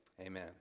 Amen